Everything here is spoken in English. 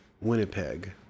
Winnipeg